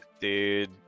dude